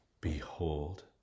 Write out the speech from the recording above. Behold